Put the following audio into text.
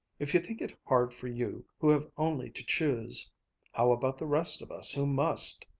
if you think it hard for you who have only to choose how about the rest of us who must?